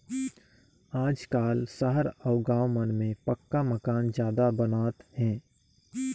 आजकाल सहर अउ गाँव मन में पक्का मकान जादा बनात हे